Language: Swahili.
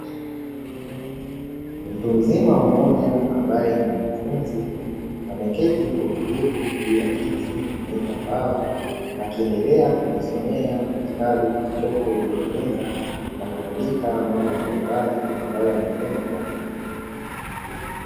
Mtu mzima mmoja ambaye ni mwanafunzi ameketi kwa utulivu juu ya kiti na meza ya mbao, akiendelea kujisomea kitabu kilichopo juu ya meza; na kuandika mambo mbalimbali ambayo angependa kuyakumbuka.